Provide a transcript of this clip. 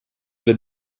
the